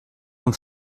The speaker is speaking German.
vom